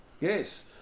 yes